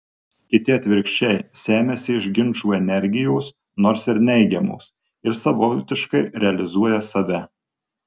kiti atvirkščiai semiasi iš ginčų energijos nors ir neigiamos ir savotiškai realizuoja save